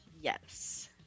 Yes